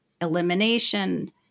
elimination